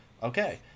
okay